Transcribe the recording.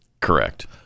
Correct